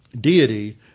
deity